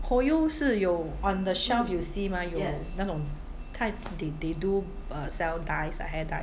Hoyu 是有 on the shelf you see mah 有那种他 they they do uh sell dyes ah hair dyes